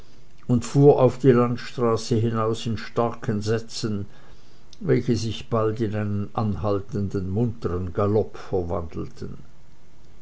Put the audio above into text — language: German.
und fuhr auf die landstraße hinaus in starken sätzen welche sich bald in einen anhaltenden muntern galopp verwandelten